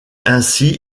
ainsi